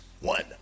one